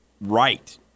right